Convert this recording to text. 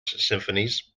symphonies